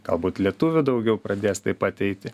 galbūt lietuvių daugiau pradės taip ateiti